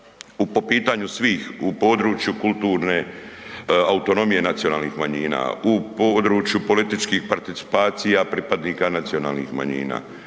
u, po pitanju svih u području kulturne autonomije nacionalnih manjina, u području političkih participacija pripadnika nacionalnih manjina,